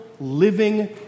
living